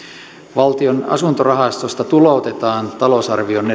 valtion asuntorahastosta tuloutetaan talousarvioon